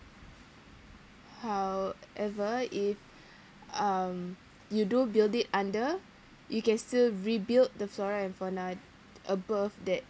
however if um you do build it under you can still rebuild the flora and fauna above that